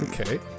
Okay